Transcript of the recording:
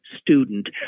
student